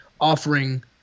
offering